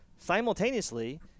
simultaneously